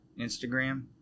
Instagram